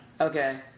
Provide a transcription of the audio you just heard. Okay